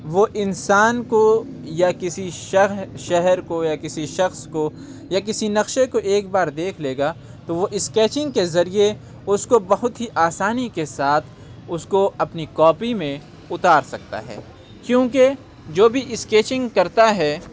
وہ انسان کو یا کسی شہر شہر کو یا کسی شخص کو یا کسی نقشے کو ایک بار دیکھ لے گا تو وہ اسکیچنگ کے ذریعہ اُس کو بہت ہی آسانی کے ساتھ اُس کو اپنی کاپی میں اُتار سکتا ہے کیوں کہ جو بھی اسکیچنگ کرتا ہے